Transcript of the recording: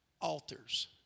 altars